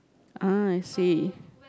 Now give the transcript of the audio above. ah I see